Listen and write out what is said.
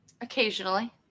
Occasionally